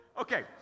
Okay